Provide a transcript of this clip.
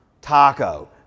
Taco